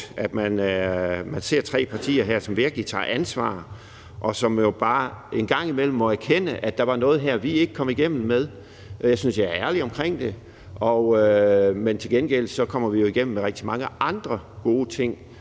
at man ser tre partier her, som virkelig tager ansvar, og som jo bare en gang imellem må erkende, at der var noget her, vi ikke kom igennem med. Jeg synes, jeg er ærlig om det. Til gengæld kommer vi igennem med rigtig mange andre gode ting